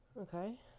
Okay